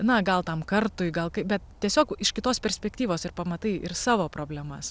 na gal tam kartui gal kaip bet tiesiog iš kitos perspektyvos ir pamatai ir savo problemas